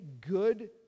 good